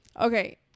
Okay